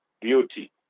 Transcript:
beauty